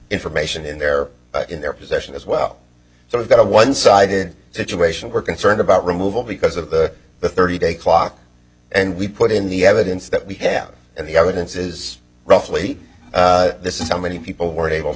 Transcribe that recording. information in their in their possession as well so we've got a one sided situation we're concerned about removal because of the thirty day clock and we put in the evidence that we have and the evidence is roughly this is how many people were able to